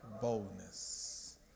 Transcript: Boldness